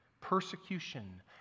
persecution